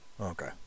Okay